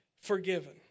forgiven